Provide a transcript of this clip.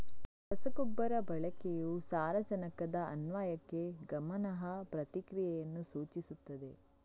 ರಸಗೊಬ್ಬರ ಬಳಕೆಯು ಸಾರಜನಕದ ಅನ್ವಯಕ್ಕೆ ಗಮನಾರ್ಹ ಪ್ರತಿಕ್ರಿಯೆಯನ್ನು ಸೂಚಿಸುತ್ತದೆ